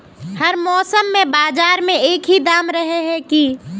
हर मौसम में बाजार में एक ही दाम रहे है की?